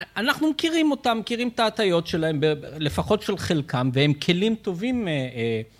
אנחנו מכירים אותם, מכירים את ההטיות שלהם, לפחות של חלקם, והם כלים טובים, אה...